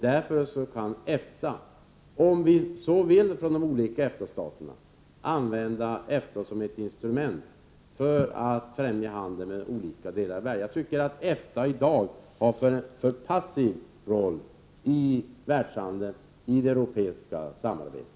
Därför kan vi från EFTA-staterna om vi så vill använda EFTA som ett instrument för att främja handeln med olika delar av världen. Jag tycker att EFTA i dag har en för passiv roll i världshandeln i det europeiska samarbetet.